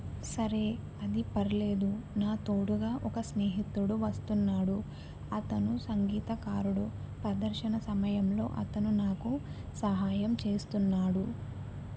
సరే అది పర్లేదు నా తోడుగా ఒక స్నేహితుడు వస్తున్నాడు అతను సంగీతకారుడు ప్రదర్శన సమయంలో అతను నాకు సహాయం చేస్తున్నాడు